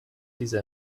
diese